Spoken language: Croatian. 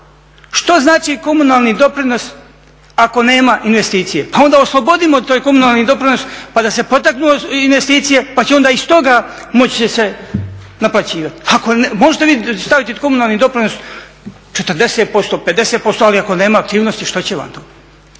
Što znači komunalni doprinos ako nema investicije? Pa onda oslobodimo taj komunalni doprinos pa da se potaknu investicije pa će onda iz toga moći će se naplaćivati. Možete vi staviti komunalni doprinos 40%, 50% ali ako nema aktivnosti što će vam to.